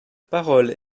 parole